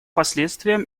последствиям